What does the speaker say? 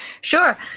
sure